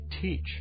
teach